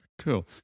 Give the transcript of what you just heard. Cool